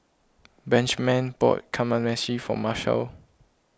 Benjman bought Kamameshi for Marshal